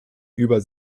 über